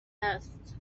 هست